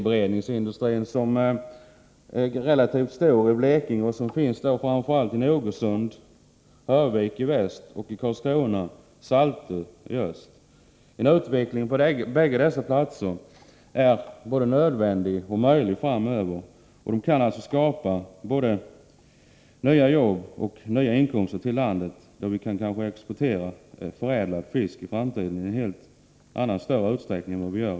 Blekinges relativt stora fiskeberedningsindustri finns framför allt i Nogersund och Hörvik i väst och i Karlskrona och Saltö i öst. En utveckling på dessa platser är både nödvändig och möjlig framöver. Det kan skapa såväl jobb som inkomster till landet, då vi i framtiden kanske kan exportera förädlad fisk i mycket större utsträckning än vi i dag gör.